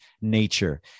nature